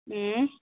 उँ